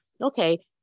okay